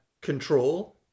control